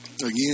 again